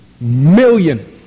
million